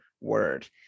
word